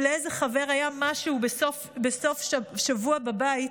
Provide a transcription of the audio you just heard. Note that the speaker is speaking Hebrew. אם לאיזה חבר היה משהו בסוף שבוע בבית,